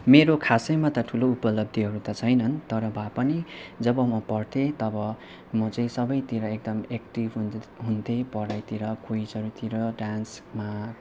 मेरो खासैमा ता ठुलो उपलब्धिहरू त छैनन् तर भएपनि जब म पढ्थेँ तब म चाहिँ सबैतिर एकदम एक्टिभ हुन् हुन्थेँ पढाइतिर क्विजहरूतिर डान्समा